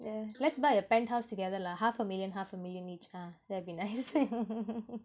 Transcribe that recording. yeah let's buy a penthouse together lah half a million half a million each ah that'd be nice